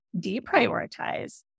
deprioritize